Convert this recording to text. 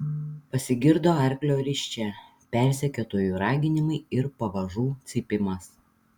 pasigirdo arklio risčia persekiotojų raginimai ir pavažų cypimas